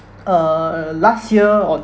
err last year or